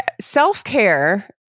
self-care